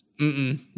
Mm-mm